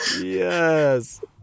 yes